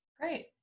Great